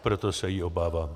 Proto se jí obávám.